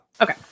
Okay